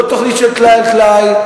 לא תוכנית של טלאי על טלאי.